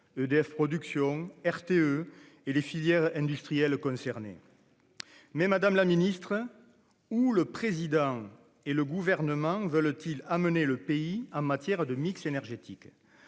EDF Production, RTE -et des filières industrielles concernées. Mais où le Président de la République et le Gouvernement veulent-ils amener le pays en matière de mix énergétique,